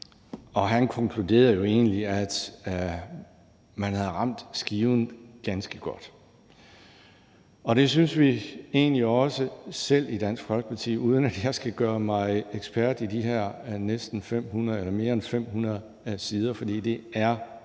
Og han konkluderede jo egentlig, at man havde ramt skiven ganske godt. Det synes vi egentlig også selv i Dansk Folkeparti, uden at jeg skal gøre mig til ekspert i forhold til de her mere end 500 sider, for det er